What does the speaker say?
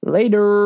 Later